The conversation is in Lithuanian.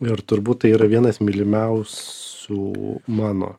ir turbūt tai yra vienas mylimiausių mano